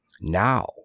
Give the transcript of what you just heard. Now